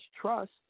trust